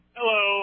Hello